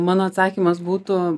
mano atsakymas būtų